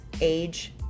age